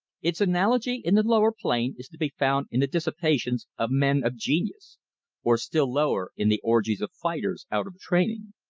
its analogy in the lower plane is to be found in the dissipations of men of genius or still lower in the orgies of fighters out of training.